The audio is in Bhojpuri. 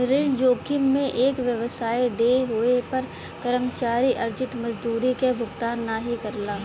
ऋण जोखिम में एक व्यवसाय देय होये पर कर्मचारी अर्जित मजदूरी क भुगतान नाहीं करला